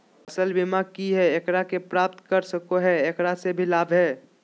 फसल बीमा की है, एकरा के प्राप्त कर सको है, एकरा से की लाभ है?